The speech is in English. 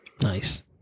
Nice